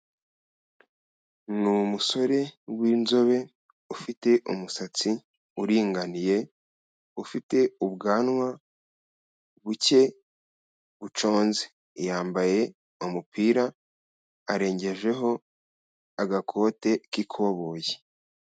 Ni umusore w'inzobe ufite umusatsi uringaniye, ufite ubwanwa buke buconze, yambaye umupira, arengejeho agakote k'ikoboyi.